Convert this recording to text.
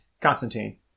Constantine